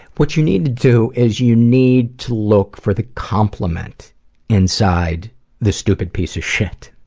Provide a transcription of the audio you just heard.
what you need to do, is you need to look for the compliment inside the stupid piece of shit.